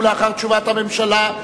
ולאחר תשובת הממשלה,